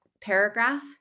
paragraph